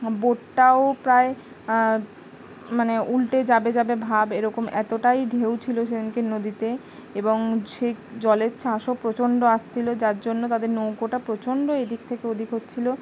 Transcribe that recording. বোটটাও প্রায় মানে উলটে যাবে যাবে ভাব এরকম এতটাই ঢেউ ছিলো সেখানকে নদীতে এবং সে জলের চাষও প্রচণ্ড আসছিলো যার জন্য তাদের নৌকোটা প্রচণ্ড এই দিক থেকে অধিক হচ্ছিলো